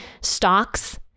stocks